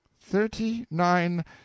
Thirty-nine